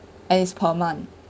and it's per month